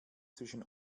zwischen